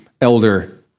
elder